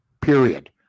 period